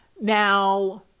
Now